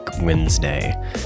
Wednesday